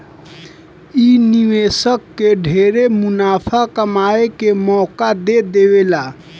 इ निवेशक के ढेरे मुनाफा कमाए के मौका दे देवेला